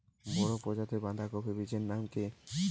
বড় প্রজাতীর বাঁধাকপির বীজের নাম কি?